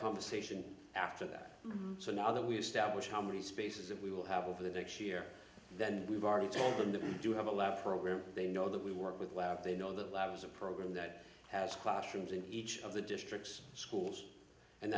conversation after that so now that we establish how many spaces that we will have over the next year than we've already told them to do have a level program they know that we work with they know that lab is a program that has classrooms in each of the districts schools and